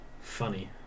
funny